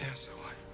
yeah so what?